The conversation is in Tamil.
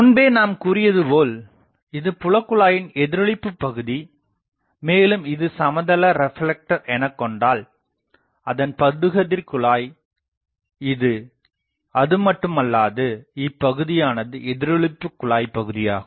முன்பே நாம் கூறியதுபோல் இது புலகுழாயின் எதிரொளிப்பு பகுதிமேலும் இது சமதள ரெப்லெக்டர் எனகொண்டால் அதன் படுகதிர் குழாய் இது அதுமட்டுமல்லாது இப்பகுதியானது எதிரொளிப்புக் குழாய்ப் பகுதியாகும்